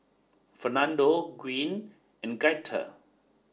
Fernando Gwyn and Gaither